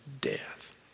death